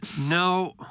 No